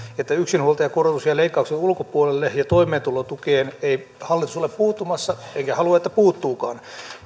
että yksinhuoltajakorotus jää leikkauksen ulkopuolelle ja toimeentulotukeen ei hallitus ole puuttumassa enkä halua että puuttuukaan